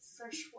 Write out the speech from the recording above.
Freshwater